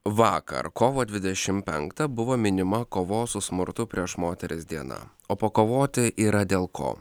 vakar kovo dvidešim penktą buvo minima kovos su smurtu prieš moteris diena o pakovoti yra dėl ko